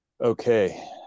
Okay